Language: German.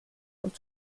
und